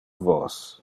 vos